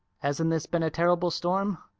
hasn't this been a terrible storm?